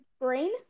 green